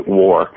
war